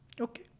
Okay